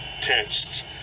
tests